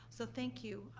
so thank you.